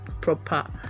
proper